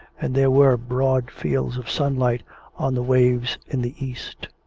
and there were broad fields of sunlight on the waves in the east.